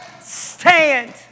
Stand